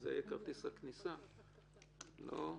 שזה יהיה כרטיס הכניסה, לא?